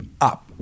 Up